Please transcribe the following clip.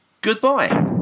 goodbye